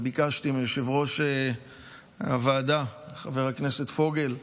וביקשתי מיושב-ראש הוועדה חבר הכנסת פוגל,